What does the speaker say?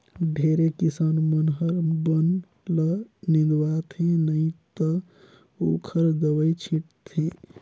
ढेरे किसान मन हर बन ल निंदवाथे नई त ओखर दवई छींट थे